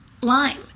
lime